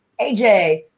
AJ